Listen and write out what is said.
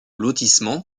lotissement